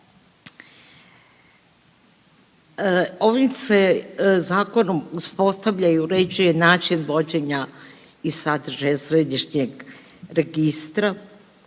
Ovim se zakonom uspostavlja i uređuje način vođenja i sadržaja središnjeg registra